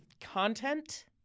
content